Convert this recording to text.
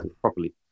properly